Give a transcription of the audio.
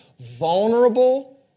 vulnerable